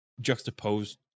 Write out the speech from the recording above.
juxtaposed